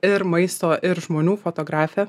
ir maisto ir žmonių fotografė